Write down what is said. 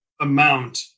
amount